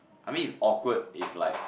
I mean it's awkward if like